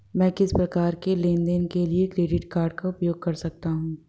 मैं किस प्रकार के लेनदेन के लिए क्रेडिट कार्ड का उपयोग कर सकता हूं?